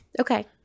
Okay